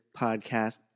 podcast